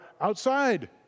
outside